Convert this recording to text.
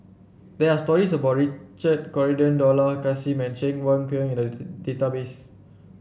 there are stories about Richard Corridon Dollah Kassim and Cheng Wai Keung in the database